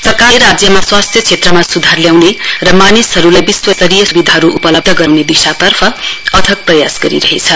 सरकारले राज्यमा स्वास्थ्य क्षेत्रमा सुधार ल्याउने र मानिसहरूलाई विश्व स्तरीय सुविधाहरू उपलब्ध गराउने दिशातर्फ अथक प्रयास गरिरहेछ